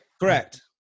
Correct